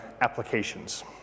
applications